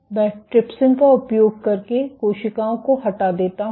मैं ट्रिप्सिन का उपयोग करके कोशिकाओं को हटा देता हूं